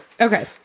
Okay